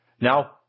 Now